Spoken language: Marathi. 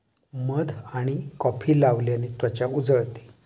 मध आणि कॉफी लावल्याने त्वचा उजळते